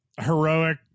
heroic